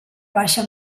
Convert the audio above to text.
baixa